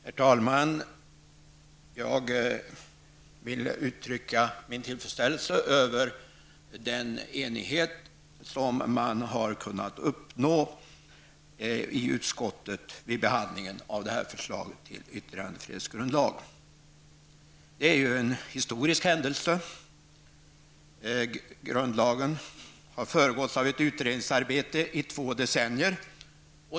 Herr talman! Jag vill uttrycka min tillfredsställelse över den enighet som man har kunnat uppnå i utskottet vid behandlingen av detta förslag till yttrandefrihetsgrundlag. Det är en historisk händelse. Grundlagen har föregåtts av ett utredningsarbete som pågått i två decennier.